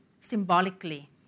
symbolically